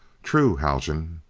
true, haljan.